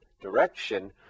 direction